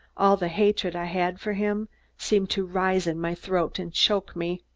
all the hatred i had for him seemed to rise in my throat and choke me.